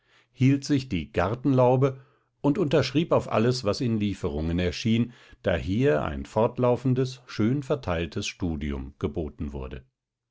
hielt sich die gartenlaube und unterschrieb auf alles was in lieferungen erschien da hier ein fortlaufendes schön verteiltes studium geboten wurde